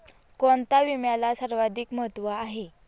कोणता विम्याला सर्वाधिक महत्व आहे?